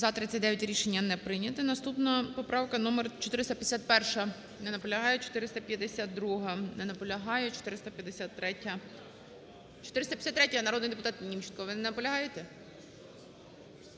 За-39 Рішення не прийнято. Наступна, поправка номер 451. Не наполягають. 452-а. Не наполягають. 453-я,453-я. Народний депутат Німченко, ви не наполягаєте?